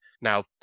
Now